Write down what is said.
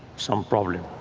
some problem,